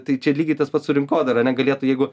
tai čia lygiai tas pats su rinkodara ane galėtų jeigu